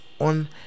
on